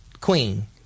queen